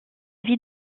vie